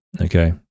okay